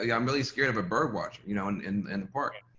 yeah i'm really scared of a bird watcher, you know, and in and the park,